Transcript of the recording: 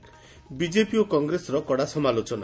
BJP ଓ କଂଗ୍ରେସର କଡ଼ା ସମାଲୋଚନା